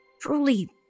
truly